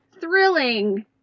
thrilling